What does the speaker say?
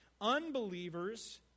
Unbelievers